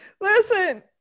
Listen